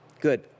Good